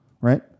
right